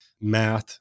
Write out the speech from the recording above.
math